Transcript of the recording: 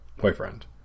boyfriend